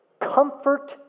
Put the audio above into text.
comfort